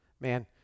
Man